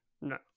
no